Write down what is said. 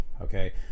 Okay